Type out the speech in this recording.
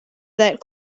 that